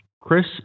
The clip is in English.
Chris